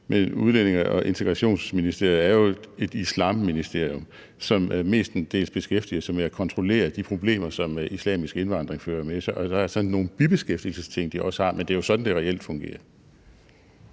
men Udlændinge- og Integrationsministeriet er jo et islamministerium, som mestendels beskæftiger sig med at holde øje med de problemer, som islamisk indvandring fører med sig. De har så også nogle andre ting som bibeskæftigelse, men det er jo sådan, det reelt fungerer.